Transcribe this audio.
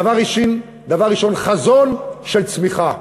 דבר ראשון, חזון של צמיחה.